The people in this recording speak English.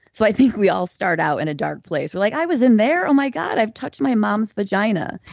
so i think we all start out in a dark place. we're like, i was in there? oh, my god. i've touched my mom's vagina.